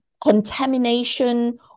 contamination